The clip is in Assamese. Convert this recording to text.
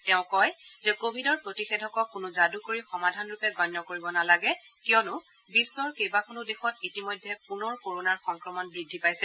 তেওঁ কয় যে কোৱিডৰ প্ৰতিষেধকক কোনো যাদুকৰী সমাধান ৰূপে গণ্য কৰিব নালাগে কিয়নো বিশ্বৰ কেইবাখনো দেশত ইতিমধ্যে পুনৰ কৰণাৰ সংক্ৰমণ বৃদ্ধি পাইছে